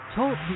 Talk